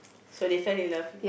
so they fell in love